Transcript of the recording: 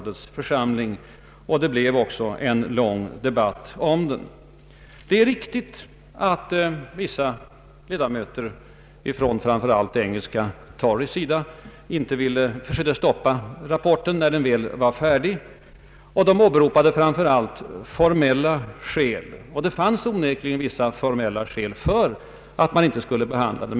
Det blev också en lång debatt om den. Det är riktigt att några ledamöter från framför allt engelska torys sida försökte att stoppa rapporten, när den väl var färdig. De åberopade framför allt formella skäl. Och det fanns onekligen formellt stöd för att man inte skulle behandla den.